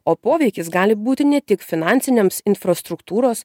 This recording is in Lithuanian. o poveikis gali būti ne tik finansiniams infrastruktūros